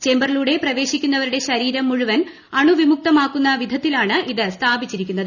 ചേമ്പറിലൂടെ പ്രവേശിക്കുന്നവരുടെ ശരീരം മുഴുവൻ അണു വിമുക്തമാക്കുന്ന വിധത്തിലാണ് ഇത് സ്ഥാപിച്ചിരിക്കുന്നത്